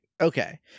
Okay